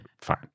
fine